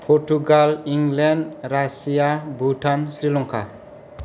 Portugal England Russia Bhutan Sri Lanka